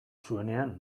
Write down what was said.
zuenean